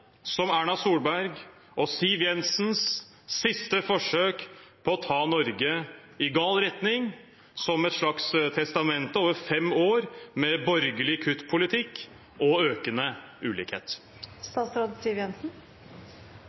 som Erna Solberg og Siv Jensens siste forsøk på å ta Norge i gal retning, som et slags testamente over fem år med borgerlig kuttpolitikk og økende